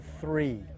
three